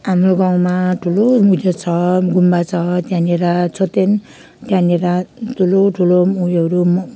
हाम्रो गाउँमा ठुलो उयो छ गुम्बा छ त्यहाँनिर छोर्तेन त्यहाँनिर ठुलो ठुलो उयोहरू